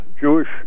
Jewish